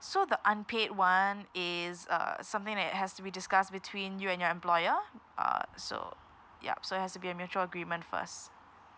so the unpaid one is uh something that it has to be discussed between you and your employer uh so yup so it has to be a mutual agreement first